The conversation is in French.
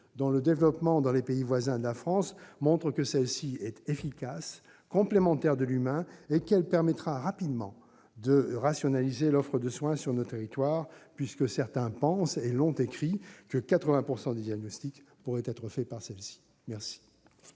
dont le développement dans les pays voisins de la France montre qu'elle est efficace, complémentaire de l'humain. Elle permettra rapidement de rationaliser l'offre de soins sur nos territoires puisque certains pensent, et l'ont écrit, que 80 % des diagnostics pourraient être faits par celle-ci. La